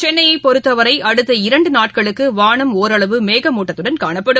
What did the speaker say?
சென்னையபொறுத்தவரைஅடுத்த இரண்டுநாட்களுக்குவானம் ஒரளவு மேகமூட்டத்துடன் காணப்படும்